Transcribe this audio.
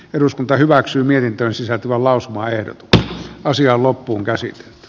eduskunta hyväksyi mietintöön sisältyvä lausmaa ehdotti asiaa loppuun käsin